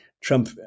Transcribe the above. Trump